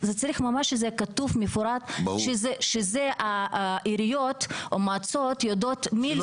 כתוב במפורט שהעיריות או המועצות יודעות --- ברור.